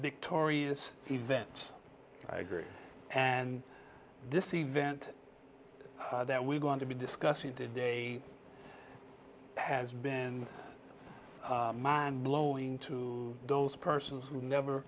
victoria's events i agree and this event that we're going to be discussing today has been mind blowing to those persons who never